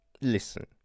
listen